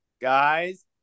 guys